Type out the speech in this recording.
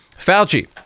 Fauci